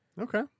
Okay